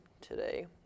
Today